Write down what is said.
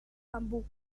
bambú